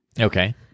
Okay